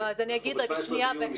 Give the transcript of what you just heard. אוקיי, אנחנו ב-17 ביוני.